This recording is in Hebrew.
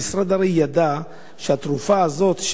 המשרד הרי ידע שהתרופה הזאת,